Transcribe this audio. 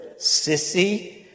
sissy